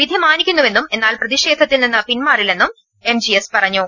വിധി മാനിക്കുന്നുവെന്നും എന്നാൽ പ്രതിഷ്യേധത്തിൽ നിന്ന് പിൻമാറി ല്ലെന്ന് എം ജി എസ് പറഞ്ഞു